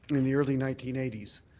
in the early nineteen eighty s,